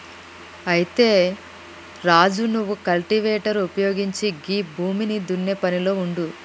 అయితే రాజు నువ్వు కల్టివేటర్ ఉపయోగించి గీ భూమిని దున్నే పనిలో ఉండు